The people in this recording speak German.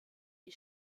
die